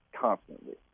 constantly